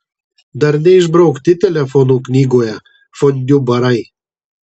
dar neišbraukti telefonų knygoje fondiu barai